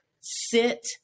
sit